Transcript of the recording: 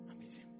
Amazing